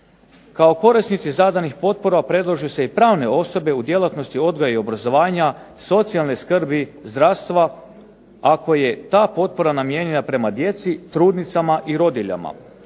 Kao korisnici zadanih potpora predlažu se i pravne osobe u djelatnosti odgoja i obrazovanja, socijalne skrbi, zdravstva, ako je ta potpora namijenjena prema djeci, trudnicama i rodiljama.